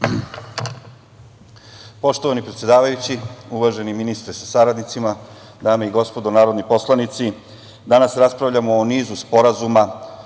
Poštovani predsedavajući, uvaženi ministre sa saradnicima, dame i gospodo narodni poslanici, danas raspravljamo o nizu sporazuma,